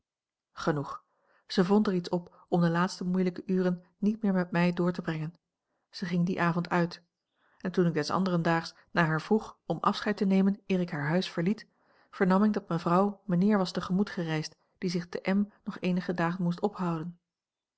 genoeg zij vond er iets op om de laatste moeilijke uren niet meer met mij door te brengen zij ging dien avond uit en toen ik des anderen daags naar haar vroeg om afscheid te nemen eer ik haar huis verliet vernam ik dat mevrouw mijnheer was te gemoet gereisd die zich te m nog eenige dagen moest ophouden